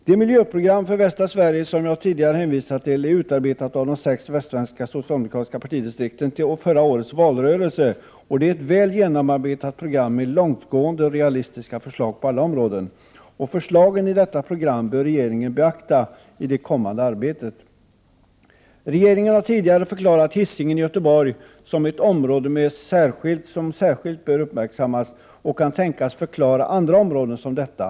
Det miljöprogram för västra Sverige som vi tidigare hänvisade till utarbetades till förra årets valrörelse av de sex västsvenska socialdemokratiska partidistrikten. Det är ett väl genomarbetat program med långtgående förslag inom alla områden. Regeringen bör i det kommande arbetet beakta förslagen i detta program. Regeringen har tidigare förklarat Hisingen i Göteborg som ett område som särskilt bör uppmärksammas och kan tänkas komma att ge även andra områden samma ställning.